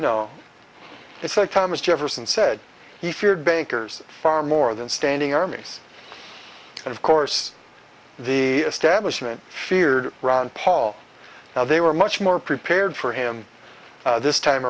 like thomas jefferson said he feared bankers far more than standing armies and of course the establishment feared ron paul now they were much more prepared for him this time